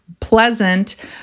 pleasant